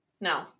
No